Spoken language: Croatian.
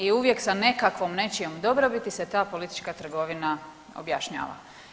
I uvijek sa nekakvom nečijom dobrobiti se ta politička trgovina objašnjava.